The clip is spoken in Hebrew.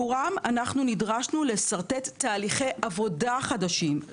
אנחנו נדרשו לשרטט עבורם תהליכי עבודה חדשים,